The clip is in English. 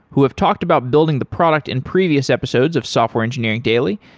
who have talked about building the product in previous episodes of software engineering daily,